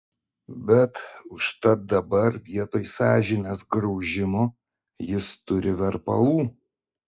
bet užtat dabar vietoj sąžinės graužimo jis turi verpalų